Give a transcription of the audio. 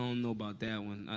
um know about that one.